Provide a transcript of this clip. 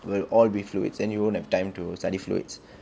will all be fluids and you won't have time to study fluids